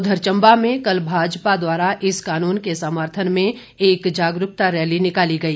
उधर चंबा में कल भाजपा द्वारा इस कानून के समर्थन में एक जागरूकता रैली निकाली गई